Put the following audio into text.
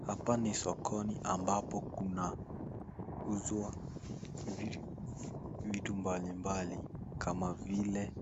Hapa ni sokoni ambapo kunauzuwa vitu mbalimbali kama vile